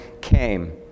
came